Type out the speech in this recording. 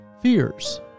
fears